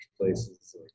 places